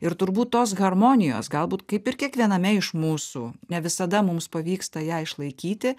ir turbūt tos harmonijos galbūt kaip ir kiekviename iš mūsų ne visada mums pavyksta ją išlaikyti